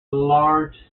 large